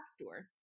store